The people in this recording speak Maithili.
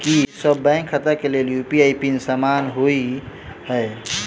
की सभ बैंक खाता केँ लेल यु.पी.आई पिन समान होइ है?